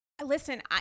Listen